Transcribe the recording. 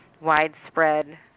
widespread